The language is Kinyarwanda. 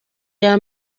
iya